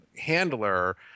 handler